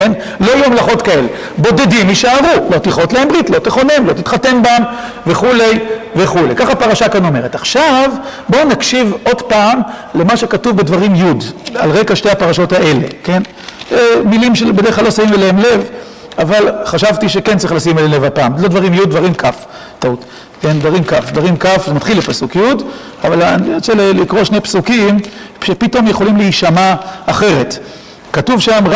כן, לא למלאכות כאלה, בודדים נשארו, לא תכרות להם ברית, לא תכונן, לא תתחתן בהם וכולי וכולי. ככה הפרשה כאן אומרת. עכשיו, בואו נקשיב עוד פעם למה שכתוב בדברים י', על רקע שתי הפרשות האלה, כן? מילים שבדרך כלל לא שמים אליהם לב, אבל חשבתי שכן צריך לשים אליהם לב הפעם. זה לא דברים י', דברים כ'. טעות. כן, דברים כ'. דברים כ', זה מתחיל לפסוק י', אבל אני רוצה לקרוא שני פסוקים, שפתאום יכולים להישמע אחרת. כתוב שם...